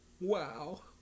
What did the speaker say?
wow